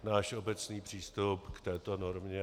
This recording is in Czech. Náš obecný přístup k této normě.